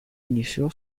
inició